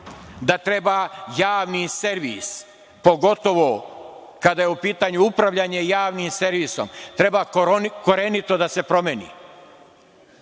da treba Javni servis, pogotovo kada je u pitanju upravljanje Javnim servisom, treba korenito da se promeni?